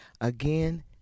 Again